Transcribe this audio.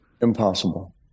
Impossible